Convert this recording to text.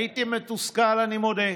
הייתי מתוסכל, אני מודה.